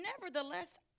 Nevertheless